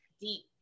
deep